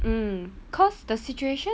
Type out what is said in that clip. mm cause the situation